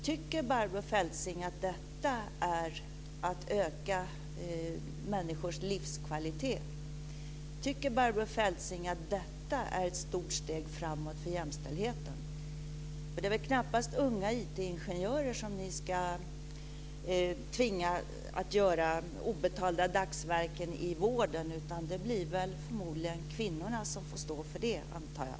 Tycker Barbro Feltzing att detta är att öka människors livskvalitet? Tycker Barbro Feltzing att detta är ett stort steg framåt för jämställdheten? Det är väl knappast unga IT-ingenjörer som ni ska tvinga att göra obetalda dagsverken i vården, utan det blir väl förmodligen kvinnorna som får stå för det, antar jag?